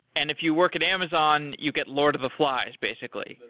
and if you work at amazon, you get lord of the flies, basically.